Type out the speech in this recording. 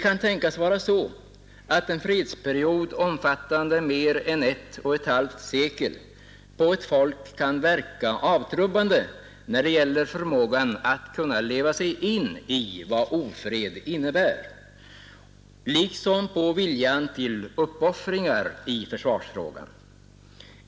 En fredsperiod omfattande mer än ett och ett halvt sekel kan naturligtvis verka avtrubbande på ett folks förmåga att leva sig in i vad ofred innebär, liksom på viljan till uppoffringar i försvarsfrågan.